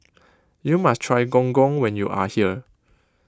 you must try Gong Gong when you are here